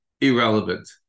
irrelevant